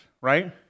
right